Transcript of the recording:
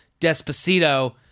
Despacito